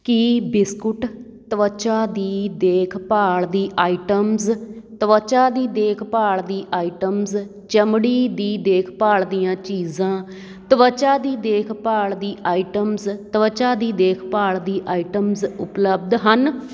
ਕੀ biscuit ਤਵਚਾ ਦੀ ਦੇਖ ਭਾਲ ਦੀ ਆਈਟਮਸ ਤਵਚਾ ਦੀ ਦੇਖ ਭਾਲ ਦੀ ਆਈਟਮਸ ਚਮੜੀ ਦੀ ਦੇਖ ਭਾਲ ਦੀਆਂ ਚੀਜ਼ਾਂ ਤਵਚਾ ਦੀ ਦੇਖ ਭਾਲ ਦੀ ਆਇਟਮਸ ਤਵਚਾ ਦੀ ਦੇਖ ਭਾਲ ਦੀ ਆਇਟਮਸ ਉਪਲੱਬਧ ਹਨ